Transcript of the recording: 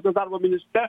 ir darbo ministre